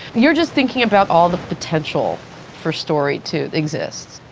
you're just thinking about all the potential for story to exist.